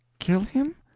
kill him?